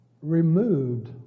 removed